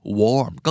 warm